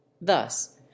Thus